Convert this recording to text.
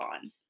on